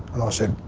and i said,